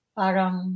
parang